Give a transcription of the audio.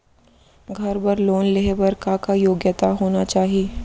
घर बर लोन लेहे बर का का योग्यता होना चाही?